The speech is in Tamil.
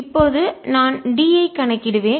இப்போது நான் d ஐ கணக்கிடுவேன்